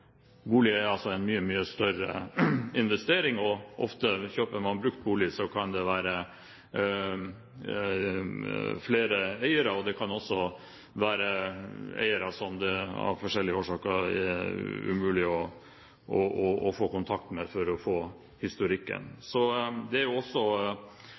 Bolig er en mye større investering, og kjøper man brukt bolig, kan det være flere eiere, og det kan også være eiere som det av forskjellige årsaker er umulig å få kontakt med for å få historikken. Dette er også